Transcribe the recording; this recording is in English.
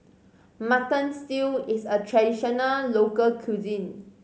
Mutton Stew is a traditional local cuisine